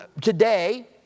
today